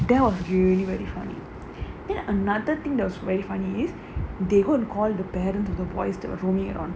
they were really very funny then another thing that's very funny is they would call the patent to the voiced roaming around